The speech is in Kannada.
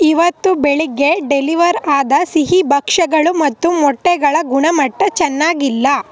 ಇವತ್ತು ಬೆಳಿಗ್ಗೆ ಡೆಲಿವರ್ ಆದ ಸಿಹಿ ಭಕ್ಷ್ಯಗಳು ಮತ್ತು ಮೊಟ್ಟೆಗಳ ಗುಣಮಟ್ಟ ಚೆನ್ನಾಗಿಲ್ಲ